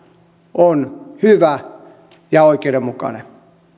on hyvä ja oikeudenmukainen